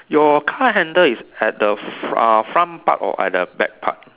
your car handle is at the f~ uh front part or at the back part